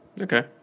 Okay